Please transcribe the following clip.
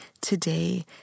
today